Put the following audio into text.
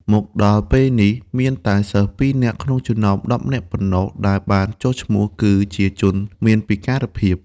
មកដល់ពេលនេះ មានតែសិស្ស ២ នាក់ក្នុងចំណោម ១០ នាក់ប៉ុណ្ណោះដែលបានចុះឈ្មោះគឺជាជនមានពិការភាព”។